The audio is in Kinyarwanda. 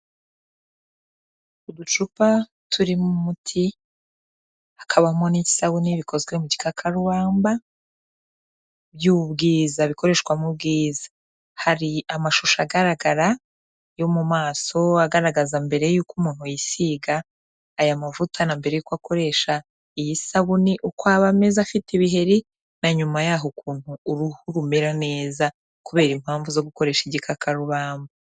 Uducupa turimo umuti hakabamo n'isabune bikozwe mu gikakararubamba by'ubwiza bikoreshwa mu bwiza. Hari amashusho agaragara yo mu maso agaragaza mbere yuko umuntu yisiga aya mavuta na mbere yuko akoresha iyi sabune uko aba ameze afite ibiheri. Na nyuma yaho ukuntu uruhu rumera neza kubera impamvu zo gukoresha igikakarubamba.